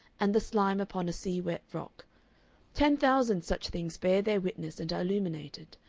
and the slime upon a sea-wet rock ten thousand such things bear their witness and are illuminated.